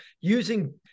using